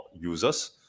users